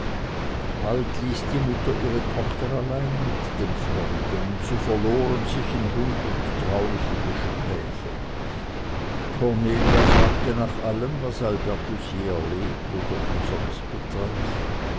bald ließ die mutter ihre tochter allein mit dem fremden und sie verloren sich in hundert trauliche gespräche cornelia fragte nach allem was albertus je erlebt oder ihn sonst betraf